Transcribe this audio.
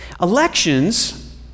Elections